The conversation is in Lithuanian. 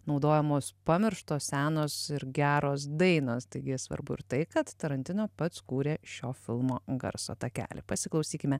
naudojamos pamirštos senos ir geros dainos taigi svarbu ir tai kad tarantino pats kūrė šio filmo garso takelį pasiklausykime